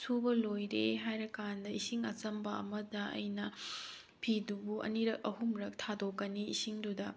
ꯁꯨꯕ ꯂꯣꯏꯔꯦ ꯍꯥꯏꯔꯀꯥꯟꯗ ꯏꯁꯤꯡ ꯑꯆꯝꯕ ꯑꯃꯗ ꯑꯩꯅ ꯐꯤꯗꯨꯕꯨ ꯑꯅꯤꯔꯛ ꯑꯍꯨꯝꯔꯛ ꯊꯥꯗꯣꯛꯀꯅꯤ ꯏꯁꯤꯡꯗꯨꯗ